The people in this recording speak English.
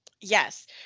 Yes